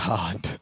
God